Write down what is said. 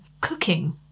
cooking